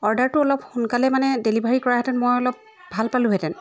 অৰ্ডাৰটো অলপ সোনকালে মানে ডেলিভাৰী কৰাহেঁতেন মই অলপ ভাল পালোহেঁতেন